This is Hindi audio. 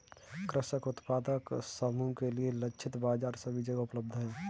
कृषक उत्पादक समूह के लिए लक्षित बाजार सभी जगह उपलब्ध है